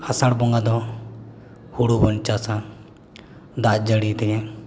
ᱟᱥᱟᱲ ᱵᱚᱸᱜᱟ ᱫᱚ ᱦᱩᱲᱩ ᱵᱚᱱ ᱪᱟᱥᱟ ᱫᱟᱜ ᱡᱟᱹᱲᱤ ᱛᱮᱜᱮ